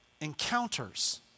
Encounters